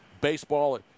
Baseball